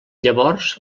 llavors